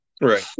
right